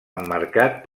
emmarcat